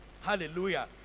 Hallelujah